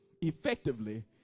effectively